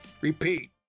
repeat